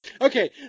Okay